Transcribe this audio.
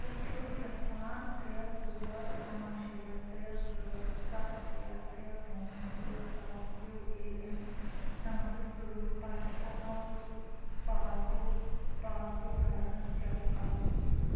بہٕ چھُس یژھان ترٛےٚ ژور نَو شےٚ ترٛےٚ زٕ سَتھ شےٚ ترٛےٚ پانٛژھ زٕ سَتھ یو اے این نمبرٕ سۭتۍ پنٛنہِ اکاؤنٹُک passbook passbook balance check کرُن